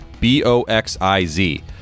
B-O-X-I-Z